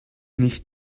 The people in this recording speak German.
nicht